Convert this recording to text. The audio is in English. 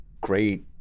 great